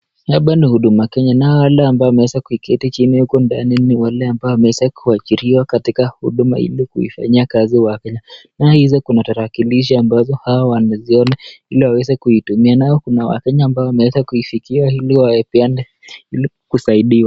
Hapa ni Huduma Kenya nao wale ambao wameweza kuiketi chini huku ambao kuachiriwa katika Huduma ili kuifanyia kazi wake naye hizi kuna tarakilishi ambazo hao wanaziona ili waweze kuitumia ,nayo kuna wakenya ambao wameweza kufikia ili kusaidiwa.